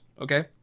okay